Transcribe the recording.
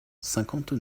cinquante